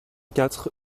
quatre